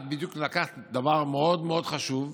את בדיוק לקחת דבר מאוד מאוד חשוב,